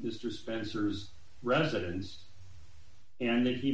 mister spencer's residence and that he